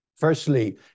Firstly